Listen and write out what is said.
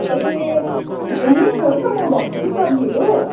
ए सुन्नु लेख्नुहोस् न म भन्छु कि सब्जीहरू